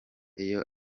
iyo